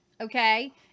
okay